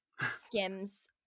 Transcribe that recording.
skims